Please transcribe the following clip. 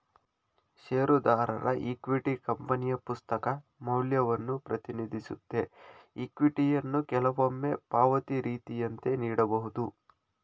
ಷೇರುದಾರರ ಇಕ್ವಿಟಿ ಕಂಪನಿಯ ಪುಸ್ತಕ ಮೌಲ್ಯವನ್ನ ಪ್ರತಿನಿಧಿಸುತ್ತೆ ಇಕ್ವಿಟಿಯನ್ನ ಕೆಲವೊಮ್ಮೆ ಪಾವತಿ ರೀತಿಯಂತೆ ನೀಡಬಹುದು